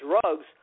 drugs